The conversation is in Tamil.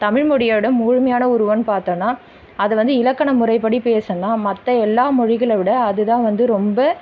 தமிழ் மொழியோட முழுமையான உருவன்னு பார்த்தோன்னா அது வந்து இலக்கண முறைப்படி பேசணுன்னா மற்ற எல்லா மொழிகளை விட அது தான் வந்து ரொம்ப